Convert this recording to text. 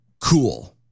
cool